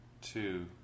two